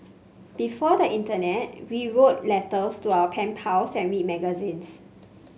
before the internet we wrote letters to our pen pals and read magazines